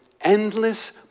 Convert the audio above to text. endless